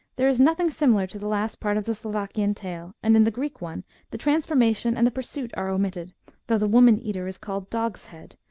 there is nothing similar to the last part of the slovakian tale, and in the greek one the transformation and the pursuit are omitted, though the woman-eater is called dog's-head,